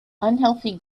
unhealthy